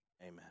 amen